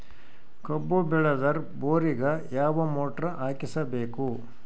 ಕಬ್ಬು ಬೇಳದರ್ ಬೋರಿಗ ಯಾವ ಮೋಟ್ರ ಹಾಕಿಸಬೇಕು?